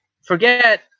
forget